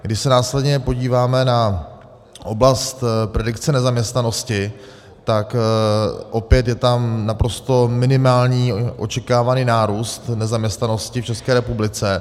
Když se následně podíváme na oblast predikce nezaměstnanosti, tak opět je tam naprosto minimální očekávaný nárůst nezaměstnanosti v České republice.